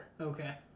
okay